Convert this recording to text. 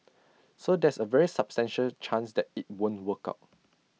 so there's A very substantial chance that IT won't work out